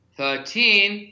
Thirteen